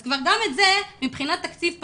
אז כבר גם את זה מבחינת תקציב פתרנו.